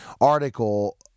article